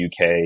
UK